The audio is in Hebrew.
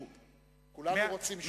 כולנו רוצים שלום.